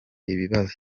ibibazo